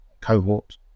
cohort